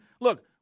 look